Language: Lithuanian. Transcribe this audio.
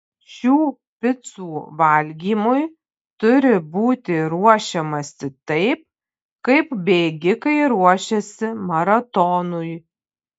šių picų valgymui turi būti ruošiamasi taip kaip bėgikai ruošiasi maratonui